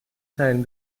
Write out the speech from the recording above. teilen